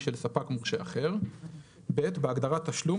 של ספק מורשה אחר,"; (א)בהגדרה "תשלום",